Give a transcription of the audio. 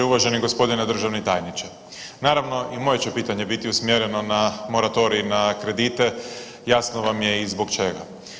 Uvaženi gospodine državni tajniče, naravno i moje će pitanje biti usmjereno na moratorij na kredite, jasno vam je i zbog čega.